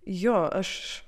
jo aš